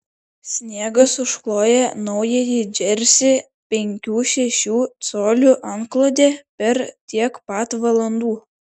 sniegas užkloja naująjį džersį penkių šešių colių antklode per tiek pat valandų